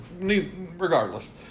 regardless